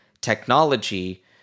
technology